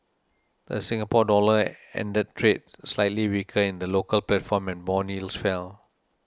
the Singapore Dollar ended trade slightly weaker in the local platform and bond yields fell